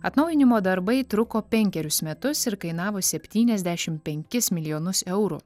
atnaujinimo darbai truko penkerius metus ir kainavo septyniasdešimt penkis milijonus eurų